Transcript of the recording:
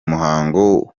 muhango